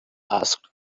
asked